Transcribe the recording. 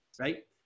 right